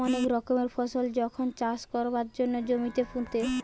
অনেক রকমের ফসল যখন চাষ কোরবার জন্যে জমিতে পুঁতে